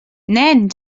nen